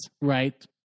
Right